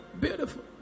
Beautiful